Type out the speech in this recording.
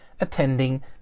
attending